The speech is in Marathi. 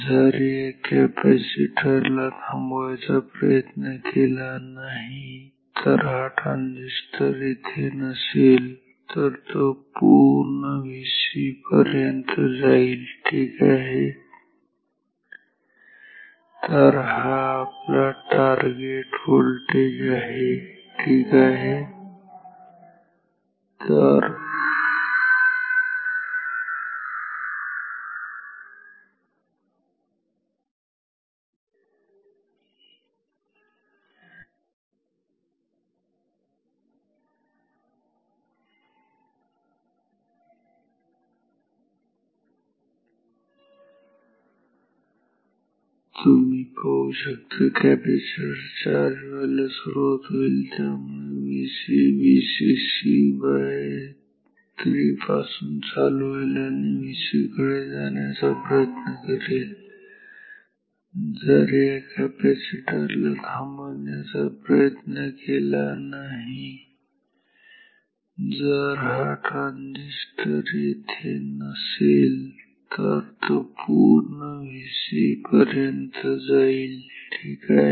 जर या कॅपॅसिटर ला थांबवायचा प्रयत्न केला नाही जर हा ट्रांजिस्टर येथे नसेल तर तो पूर्ण Vc पर्यंत जाईल ठीक आहे